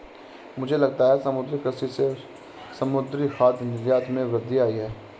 मुझे लगता है समुद्री कृषि से समुद्री खाद्य निर्यात में वृद्धि आयी है